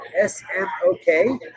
S-M-O-K